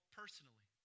personally